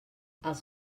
els